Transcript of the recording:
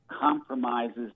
compromises